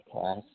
class